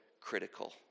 critical